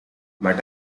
but